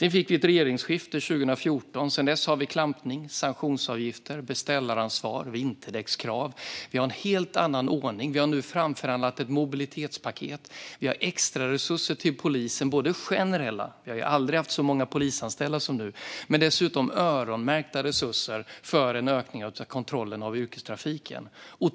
Vi fick ett regeringsskifte 2014. Sedan dess har vi klampning, sanktionsavgifter, beställaransvar och vinterdäckskrav. Vi har en helt annan ordning. Vi har nu framförhandlat ett mobilitetspaket. Vi har extra resurser till polisen, både generella resurser - vi har aldrig haft så många polisanställda som nu - och öronmärkta resurser för en ökning av kontrollerna av yrkestrafiken.